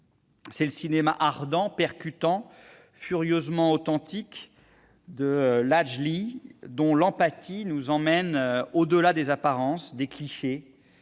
c'est le cinéma ardent, percutant, furieusement authentique de Ladj Ly, dont l'empathie nous emmène au-delà des apparences, des clichés,